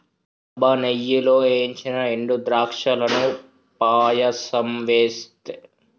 అబ్బ నెయ్యిలో ఏయించిన ఎండు ద్రాక్షలను పాయసంలో వేస్తే మంచి రుచిగా ఉంటుంది